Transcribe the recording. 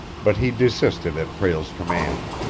but he desisted at prale's command.